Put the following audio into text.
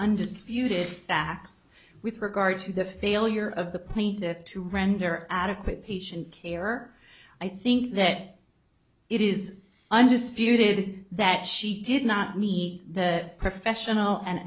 undisputed facts with regard to the failure of the plane to render adequate patient care i think that it is undisputed that she did not meet the professional an